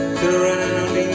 surrounding